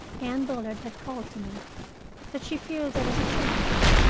anne bullard had called to me that she feared there was a change,